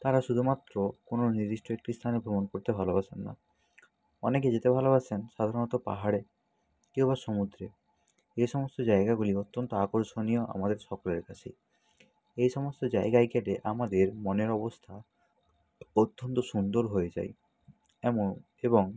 তারা শুধুমাত্র কোনো নির্দিষ্ট একটি স্থানে ভ্রমণ করতে ভালোবাসেন না অনেকে যেতে ভালোবাসেন সাধারণত পাহাড়ে কেউ বা সমুদ্রে এসমস্ত জায়গাগুলি অত্যন্ত আকর্ষণীয় আমাদের সকলের কাছেই এই সমস্ত জায়গায় কেটে আমাদের মনের অবস্থা অত্যন্ত সুন্দর হয়ে যায় অ্যামং এবং